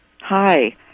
Hi